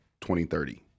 2030